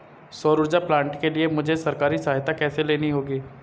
सौर ऊर्जा प्लांट के लिए मुझे सरकारी सहायता कैसे लेनी होगी?